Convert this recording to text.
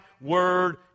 word